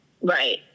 Right